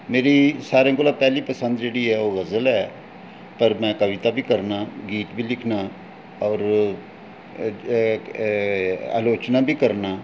मेरी सारें कोला पैह्ली पसंद जेह्ड़ी ऐ ओह् गज़ल ऐ पर में कविता बी करना गीत बी लिखना होर आलोचना बी करना